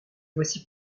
voici